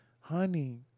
honey